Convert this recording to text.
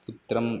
पुत्रम्